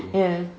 ya